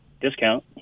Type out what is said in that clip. discount